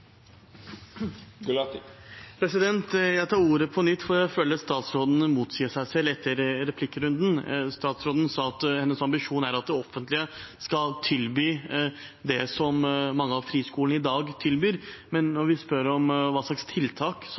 realfag. Jeg tar ordet på nytt for jeg føler statsråden motsier seg selv etter replikkrunden. Statsråden sa at hennes ambisjon er at det offentlige skal tilby det mange av friskolene i dag tilbyr, men når vi spør om hva slags tiltak